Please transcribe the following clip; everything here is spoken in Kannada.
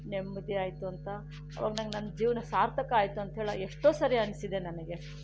ನೆಮ್ಮದಿ ಆಯಿತು ಅಂತ ಆವಾಗ ನನಗೆ ನನ್ನ ಜೀವನ ಸಾರ್ಥಕ ಆಯಿತು ಅಂತ ಹೇಳಿ ಎಷ್ಟೋ ಸರಿ ಅನಿಸಿದೆ ನನಗೆ